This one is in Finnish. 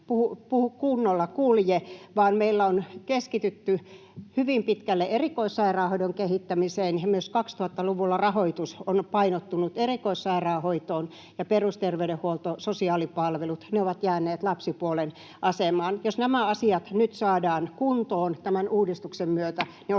kunnolla, kulje, vaan meillä on keskitytty hyvin pitkälle erikoissairaanhoidon kehittämiseen. Myös 2000-luvulla rahoitus on painottunut erikoissairaanhoitoon, ja perusterveydenhuolto ja sosiaalipalvelut ovat jääneet lapsipuolen asemaan. Jos nämä asiat nyt saadaan kuntoon tämän uudistuksen myötä,